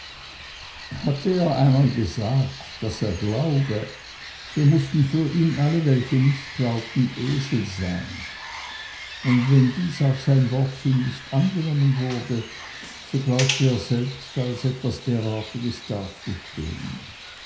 hatte er einmal gesagt daß er glaube so mußten für ihn alle welche nicht glaubten esel sein und wenn dies auf sein wort hin nicht angenommen wurde so glaubte er selbst als etwas derartiges dazustehen